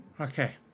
Okay